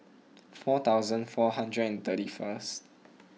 four thousand four hundred and thirty first